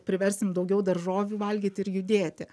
priversim daugiau daržovių valgyt ir judėti